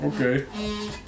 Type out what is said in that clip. Okay